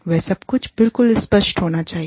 वह सब बिलकुल स्पष्ट होना चाहिए